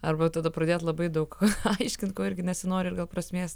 arba tada pradėt labai daug aiškint ko irgi nesinori ir gal prasmės